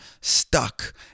stuck